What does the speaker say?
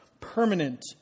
permanent